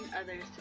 others